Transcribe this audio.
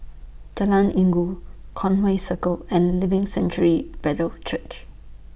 Jalan Inggu Conway Circle and Living Sanctuary Brethren Church